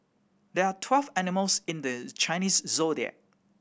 there are twelve animals in the Chinese Zodiac